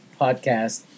podcast